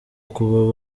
kuba